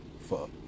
Fuck